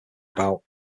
about